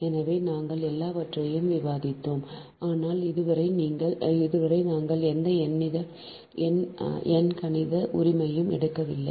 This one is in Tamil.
எனவே நாங்கள் எல்லாவற்றையும் விவாதித்தோம் ஆனால் இதுவரை நாங்கள் எந்த எண்கணித உரிமையும் எடுக்கவில்லை